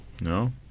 No